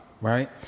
right